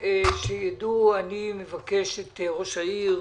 אני מבקש לשמוע את ראש העיר,